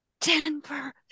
Denver